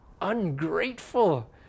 ungrateful